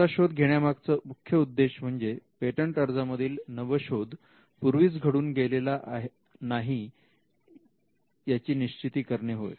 असा शोध घेण्या मागचा मुख्य उद्देश म्हणजे पेटंट अर्जामधील नवशोध पूर्वीच घडून गेलेला नाही याची निश्चिती करणे होय